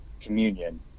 communion